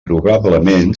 probablement